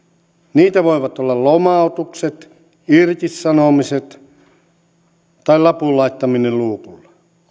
niitä voivat olla lomautukset irtisanomiset tai lapun laittaminen luukulle